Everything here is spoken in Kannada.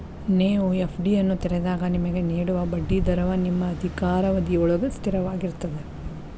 ನೇವು ಎ.ಫ್ಡಿಯನ್ನು ತೆರೆದಾಗ ನಿಮಗೆ ನೇಡುವ ಬಡ್ಡಿ ದರವ ನಿಮ್ಮ ಅಧಿಕಾರಾವಧಿಯೊಳ್ಗ ಸ್ಥಿರವಾಗಿರ್ತದ